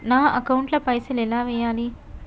నా అకౌంట్ ల పైసల్ ఎలా వేయాలి?